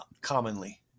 commonly